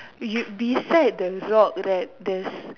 you beside the rock right there's